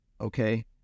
Okay